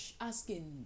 asking